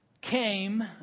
came